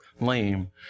lame